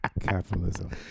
Capitalism